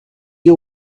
you